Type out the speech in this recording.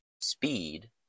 Speed